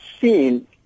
seen